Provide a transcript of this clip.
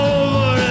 over